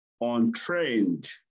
untrained